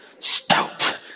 stout